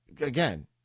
Again